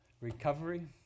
recovery